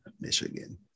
Michigan